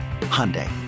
Hyundai